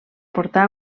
portà